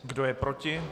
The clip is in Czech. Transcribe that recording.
Kdo je proti?